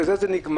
ובזה זה נגמר,